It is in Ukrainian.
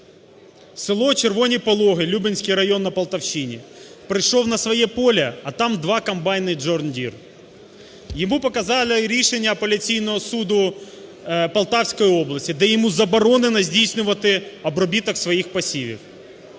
село Червоні Пологи, Лубенський район на Полтавщині прийшов на своє поле, а там два комбайни Джон Дір. Йому показали рішення Апеляційного суду Полтавської області, де йому заборонено здійснювати обробіток своїх посівів.